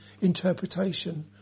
interpretation